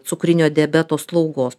cukrinio diabeto slaugos